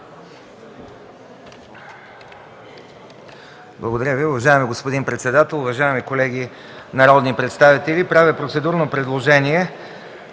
Благодаря Ви. Уважаеми господин председател, уважаеми колеги народни представители! Правя процедурно предложение